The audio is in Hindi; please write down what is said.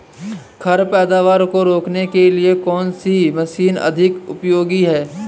खरपतवार को रोकने के लिए कौन सी मशीन अधिक उपयोगी है?